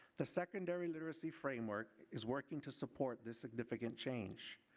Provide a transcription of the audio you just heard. the second dare literacy framework is working to support this significant change.